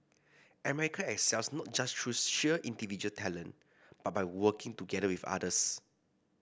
America excels not just through sheer individual talent but by working together with others